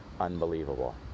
Unbelievable